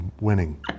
winning